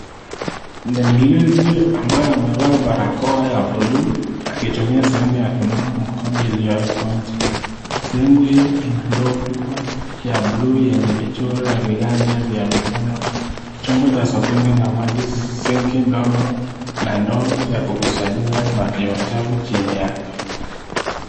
Ni mlinzi ambaye amevaa barakoa ya buluu akitumia sehemu ya kunawa mkono iliyowekwa nje sehemu hiyo ina ndoo kubwa ya buluu yenye imechorwa viganja vya mkono chombo cha sabuni na maji (cs)sinki(cs) ndogo na ndoo ya kukusanyia maji ya uchafu chini yake.